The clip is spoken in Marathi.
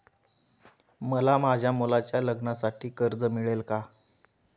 मला माझ्या मुलाच्या लग्नासाठी कर्ज मिळेल का?